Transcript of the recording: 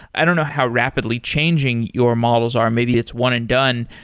i don't know how rapidly changing your models are, maybe it's one and done,